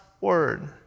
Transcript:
word